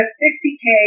50k